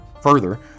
Further